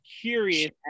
curious